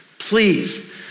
Please